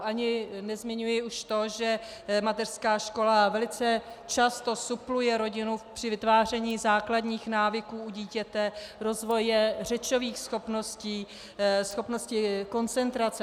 Ani nezmiňuji už to, že mateřská škola velice často supluje rodinu při vytváření základních návyků dítěte, rozvoje řečových schopností, schopnosti koncentrace.